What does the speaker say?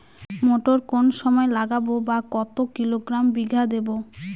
মটর কোন সময় লাগাবো বা কতো কিলোগ্রাম বিঘা দেবো?